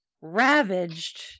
ravaged